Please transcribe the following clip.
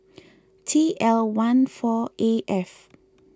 T L one four A F